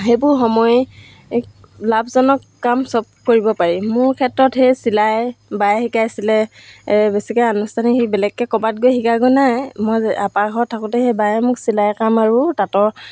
সেইবোৰ সময় লাভজনক কাম সব কৰিব পাৰি মোৰ ক্ষেত্ৰত সেই চিলাই বায়ে শিকাইছিলে বেছিকৈ আনুষ্ঠানিক সেই বেলেগকৈ ক'ৰবাত গৈ শিকাইগৈ নাই মই আপাৰ ঘৰত থাকোঁতে সেই বায়ে মোক চিলাই কাম আৰু তাঁতৰ